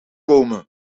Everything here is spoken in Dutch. komen